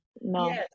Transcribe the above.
no